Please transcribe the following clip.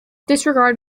disregard